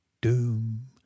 doom